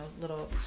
little